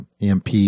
EMP